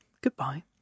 Goodbye